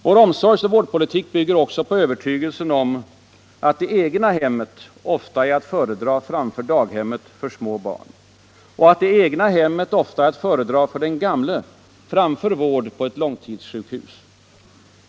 Vår omsorgs och vårdpolitik bygger också på övertygelsen om att det egna hemmet ofta är att föredra framför daghemmet för små barn och att det egna hemmet ofta är att föredra för den gamle framför vård på ett långtidssjukhus.